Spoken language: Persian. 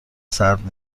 سرد